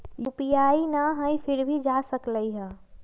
UPI न हई फिर भी जा सकलई ह?